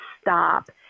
stop